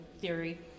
theory